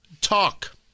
talk